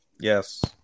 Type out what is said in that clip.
Yes